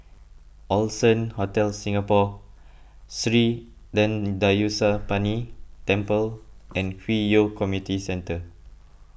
Allson Hotel Singapore Sri thendayuthapani Temple and Hwi Yoh Community Centre